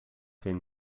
been